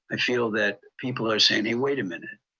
i feel that people are saying, hey, wait a minute.